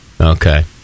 Okay